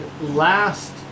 last